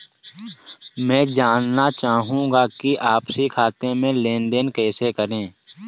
मैं जानना चाहूँगा कि आपसी खाते में लेनदेन कैसे करें?